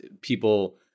people